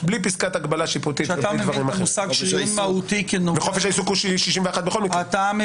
בלי פסקת הגבלה שיפוטית --- חוק-יסוד: חופש העיסוק הוא 61 בכל מקרה,